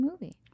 movie